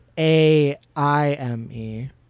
A-I-M-E